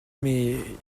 mais